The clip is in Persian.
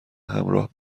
همراه